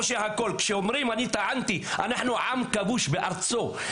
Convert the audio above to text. כשאומרים שאני טענתי, אנחנו עם כבוש בארצו.